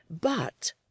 But